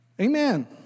Amen